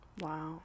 wow